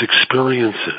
experiences